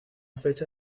fecha